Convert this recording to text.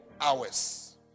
hours